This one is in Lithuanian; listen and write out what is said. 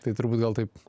tai turbūt gal taip